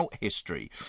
history